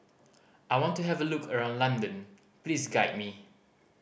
I want to have a look around London Please guide me